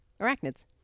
arachnids